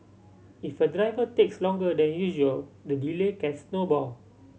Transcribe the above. if a driver takes longer than usual the delay can snowball